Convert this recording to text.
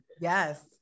yes